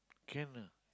can lah